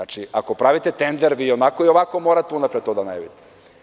Ako pravite tender, vi i onako i ovako morate unapred to da najavite.